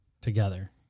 together